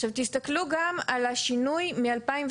תסתכלו גם על השינוי מ-2018.